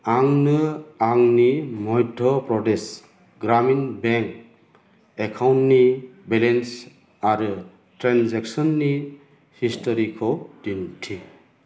आंनो आंनि मध्य' प्रदेश ग्रामिन बेंक एकाउन्टनि बेलेन्स आरो ट्रेनजेक्सननि हिस्ट'रिखौ दिन्थि